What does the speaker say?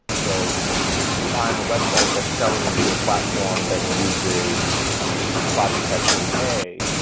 so if i'm a website that's selling into a platform that uses bot detection a,